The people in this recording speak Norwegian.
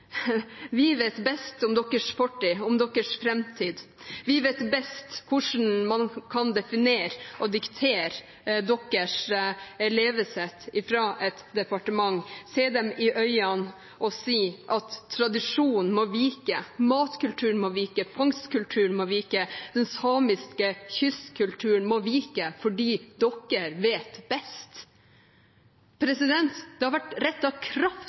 vet best hvordan man kan definere og diktere deres levesett – fra et departement – se dem i øynene og si at tradisjonen må vike, matkulturen må vike, fangstkulturen må vike, den samiske kystkulturen må vike, fordi vi vet best. Det har vært